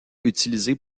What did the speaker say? utilisés